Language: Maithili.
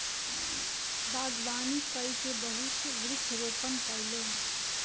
बागवानी कय के बहुत वृक्ष रोपण कयलैन